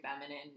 feminine